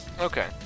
Okay